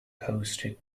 hosted